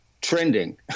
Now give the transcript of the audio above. trending